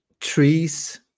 trees